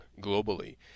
globally